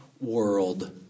world